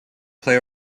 play